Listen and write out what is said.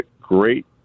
great